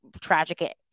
tragic